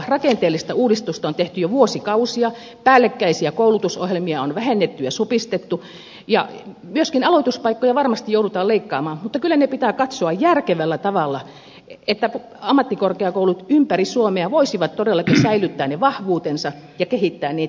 rakenteellista uudistusta on tehty jo vuosikausia päällekkäisiä koulutusohjelmia on vähennetty ja supistettu ja myöskin aloituspaikkoja varmasti joudutaan leikkaamaan mutta kyllä ne pitää katsoa järkevällä tavalla että ammattikorkeakoulut ympäri suomea voisivat todellakin säilyttää ne vahvuutensa ja kehittää niitä